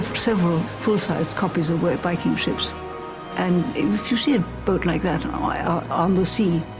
several full-sized copies of working viking ships and if you see a boat like that on like ah um the sea,